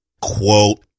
quote